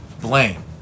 blame